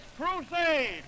crusade